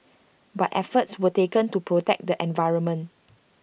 but efforts were taken to protect the environment